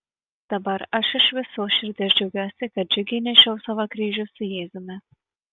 dabar aš iš visos širdies džiaugiuosi kad džiugiai nešiau savo kryžių su jėzumi